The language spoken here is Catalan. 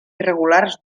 irregulars